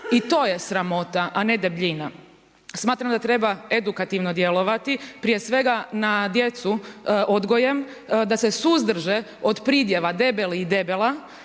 I to je sramota, a ne debljina. Smatram da treba edukativno djelovati prije svega na djecu odgojem, da se suzdrže od pridjeva debeli i debela